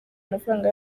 amafaranga